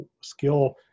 skill